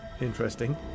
interesting